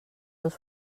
dos